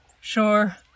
Sure